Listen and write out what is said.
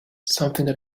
something